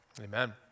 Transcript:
Amen